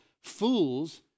fools